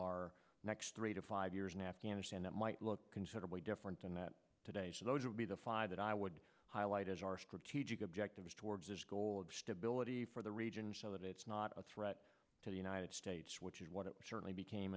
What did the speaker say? our next three to five years in afghanistan that might look considerably different than that today so those would be the five that i would highlight as our strategic objectives towards this goal of stability for the region so that it's not a threat to the united states which is what it certainly became